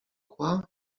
kła